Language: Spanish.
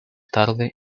tarde